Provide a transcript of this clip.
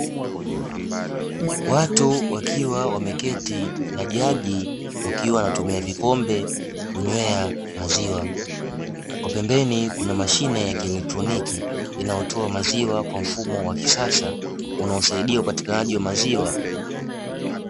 Watu wakiwa wameketi na jagi, wakiwa wanatumia vikombe kunywea maziwa. Kwa pembeni kuna mashine ya kielekroniki inayotoa maziwa kwa mfumo wa kisasa unaosaidia upatikanaji wa maziwa.